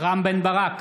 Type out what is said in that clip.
רם בן ברק,